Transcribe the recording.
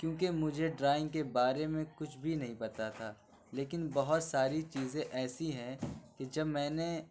کیوں کہ مجھے ڈرائنگ کے بارے میں کچھ بھی نہیں پتا تھا لیکن بہت ساری چیزیں ایسی ہیں کہ جب میں نے